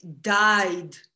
died